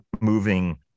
moving